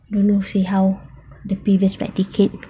don't know see how the previous flight ticket